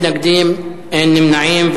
11 בעד, אין מתנגדים ואין נמנעים.